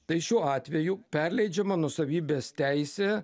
tai šiuo atveju perleidžiama nuosavybės teisė